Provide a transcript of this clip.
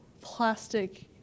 plastic